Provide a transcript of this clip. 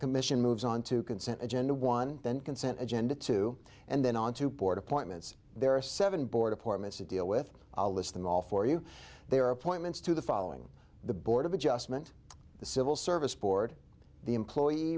commission moves onto consent agenda one then consent agenda two and then on to board appointments there are seven board appointments to deal with i'll list them all for you they are appointments to the following the board of adjustment the civil service board the employee